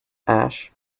ash